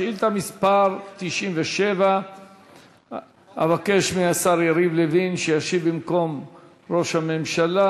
שאילתה מס' 97. אבקש מהשר יריב לוין שישיב במקום ראש הממשלה